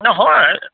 নহয়